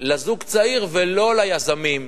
לזוג הצעיר ולא ליזמים,